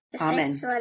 Amen